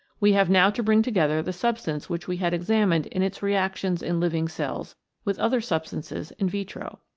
we have now to bring together the sub stance which we had examined in its reactions in living cells with other substances in vitro.